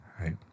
right